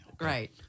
Right